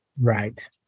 Right